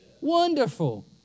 Wonderful